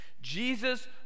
Jesus